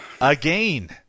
Again